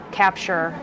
capture